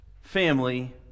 family